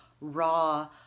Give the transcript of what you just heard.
raw